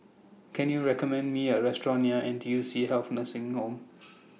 Can YOU recommend Me A Restaurant near N T U C Health Nursing Home